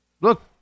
Look